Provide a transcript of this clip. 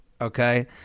Okay